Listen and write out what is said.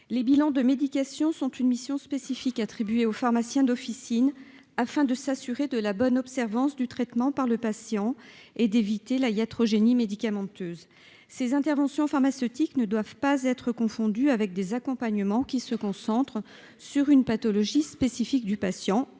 Les bilans de médication constituent une mission spécifique attribuée aux pharmaciens d'officine, afin de s'assurer de la bonne observance du traitement par le patient et d'éviter la iatrogénie médicamenteuse. Ces interventions pharmaceutiques ne doivent pas être confondues avec des accompagnements se concentrant sur une pathologie spécifique du patient,